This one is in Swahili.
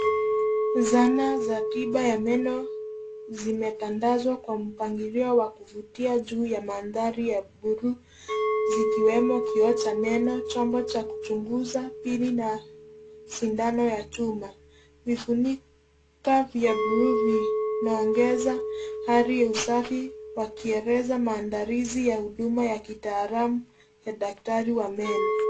Zana za tiba ya meno zimetandazwa kwa mpangilio wa kuvutia juu ya mandhari ya buluu, zikiwemo kioo cha meno, chombo cha kuchunguza, pini na sindano ya chuma. Vifuniko vya buluu vinaongeza hali ya usafi wakieleza maandalizi ya huduma ya kitaalam ya daktari wa meno.